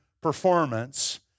performance